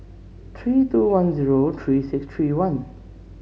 three two one zero three six three one